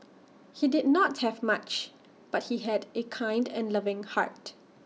he did not have much but he had A kind and loving heart